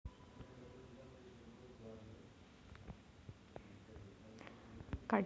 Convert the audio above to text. काटेरी करवंदाचा वापर रूग्णांकरिता रस बनवण्यासाठी केला जातो